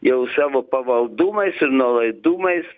jau savo pavaldumais ir nuolaidumais